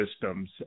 systems